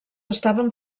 estaven